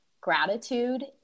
gratitude